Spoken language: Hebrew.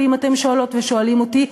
ואם אתן שואלות ושואלים אותי,